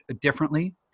differently